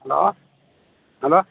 hello hello